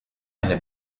eine